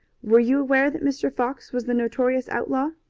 were you aware that mr. fox was the notorious outlaw?